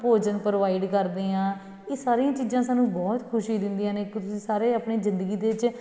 ਭੋਜਨ ਪ੍ਰੋਵਾਈਡ ਕਰਦੇ ਹਾਂ ਇਹ ਸਾਰੀਆਂ ਚੀਜ਼ਾਂ ਸਾਨੂੰ ਬਹੁਤ ਖੁਸ਼ੀ ਦਿੰਦੀਆਂ ਨੇ ਤੁਸੀਂ ਸਾਰੇ ਆਪਣੀ ਜ਼ਿੰਦਗੀ ਦੇ ਵਿੱਚ